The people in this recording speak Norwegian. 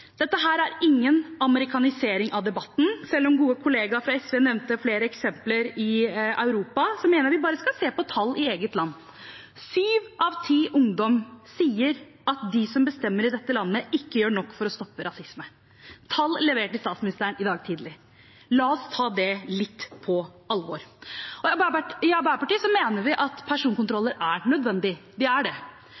Dette er ingen amerikanisering av debatten. Selv om min gode kollega fra SV nevnte flere eksempler i Europa, mener jeg vi bare skal se på tall i eget land. Syv av ti ungdommer sier at de som bestemmer i dette landet, ikke gjør nok for å stoppe rasisme – tall levert til statsministeren i dag tidlig. La oss ta det litt på alvor. I Arbeiderpartiet mener vi at